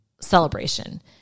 celebration